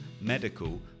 medical